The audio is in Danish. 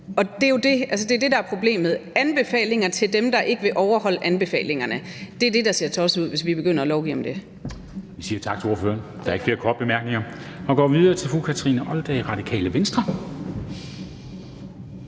Det er jo det, der er problemet. Anbefalinger til dem, der ikke vil overholde anbefalingerne, er det, der ser tosset ud, altså hvis vi begynder at lovgive om dét.